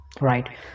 Right